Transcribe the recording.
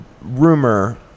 rumor